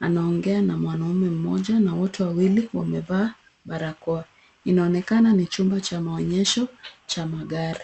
Anaongea na mwanaume mmoja na wote wawili wamevala barakoa. Inaonekana ni chumba cha maonyesho cha magari.